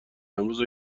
امروز